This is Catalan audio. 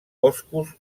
boscos